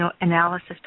analysis